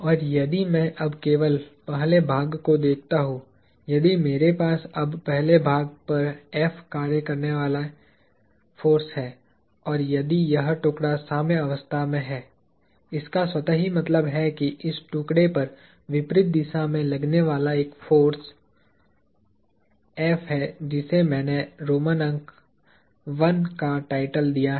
और यदि मैं अब केवल पहले भाग को देखता हूँ यदि मेरे पास अब पहले भाग पर F कार्य करने वाला फोर्स है और यदि यह टुकड़ा साम्यावस्था में है इसका स्वतः ही मतलब है कि इस टुकड़े पर विपरीत दिशा में लगने वाला एक इफेक्टिव फोर्स F है जिसे मैंने रोमन अंक I का टाइटल दिया है